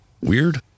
weird